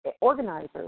organizers